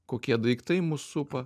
kokie daiktai mus supa